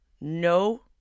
no